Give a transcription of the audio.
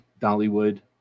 Dollywood